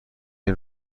این